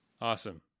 Awesome